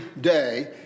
day